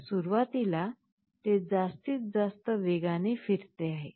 तर सुरुवातीला ते जास्तीत जास्त वेगाने फिरत आहे